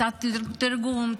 קצת תרגום,